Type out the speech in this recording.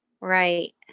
Right